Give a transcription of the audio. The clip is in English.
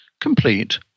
complete